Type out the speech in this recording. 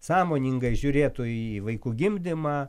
sąmoningai žiūrėtų į vaikų gimdymą